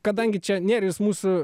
kadangi čia nėrius mūsų